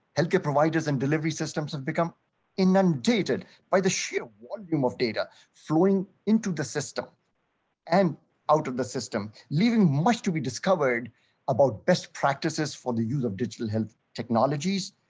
healthcare providers and delivery systems have become inundated by the sheer volume of data flowing into the system and out of the system, leaving much to be discovered about best practices for the use of digital health technologies.